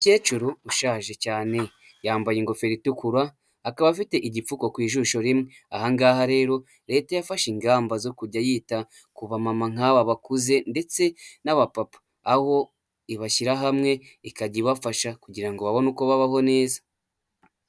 Umukecuru ushaje cyane. Yambaye ingofero itukura, akaba afite igipfuko ku ijisho rimwe. Aha ngaha rero Leta yafashe ingamba zo kujya yita ku ba mama nkaba bakuze ndetse n'abapapa. Aho ibashyira hamwe ikajya ibafasha kugira ngo babone uko babaho neza.